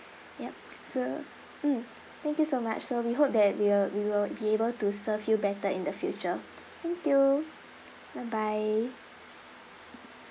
yup so mm thank you so much so we hope that we will we will be able to serve you better in the future thank you bye bye